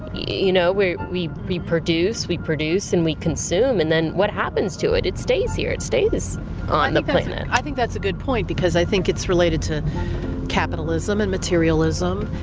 you know we we produce, we produce and we consume, and then what happens to it? it stays here. it stays on the planet. i think that's a good point because i think it's related to capitalism and materialism,